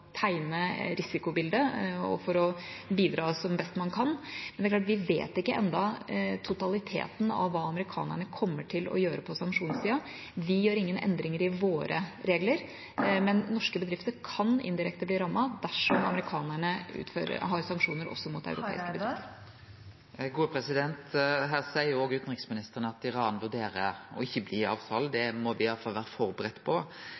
tegne risikobildet og for å bidra som best man kan, men vi vet ennå ikke totaliteten av hva amerikanerne kommer til å gjøre på sanksjonssida. Vi gjør ingen endringer i våre regler, men norske bedrifter kan indirekte bli rammet dersom amerikanerne har sanksjoner også mot europeiske land. Det åpnes for oppfølgingsspørsmål – først Knut Arild Hareide. Her seier òg utanriksministeren at Iran vurderer å ikkje bli i avtalen – det må me iallfall vere førebudde på.